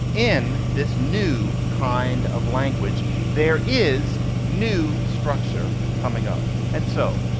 in this new kind of language there is new structure coming up. and so,